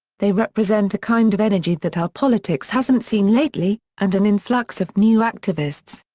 they represent a kind of energy that our politics hasn't seen lately, and an influx of new activists.